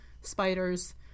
spiders